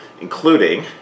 including